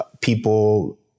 people